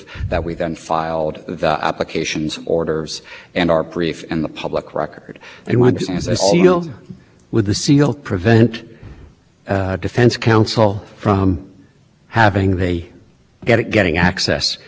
basis for their motion before the district i sort of ok ok at that point and the sealed documents are provided to counsel they're provided soley to defense counsel for purposes i'm just trying to understand literally what happens